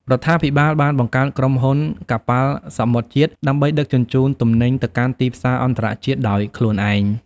រដ្ឋាភិបាលបានបង្កើតក្រុមហ៊ុនកប៉ាល់សមុទ្រជាតិ ដើម្បីដឹកជញ្ជូនទំនិញទៅកាន់ទីផ្សារអន្តរជាតិដោយខ្លួនឯង។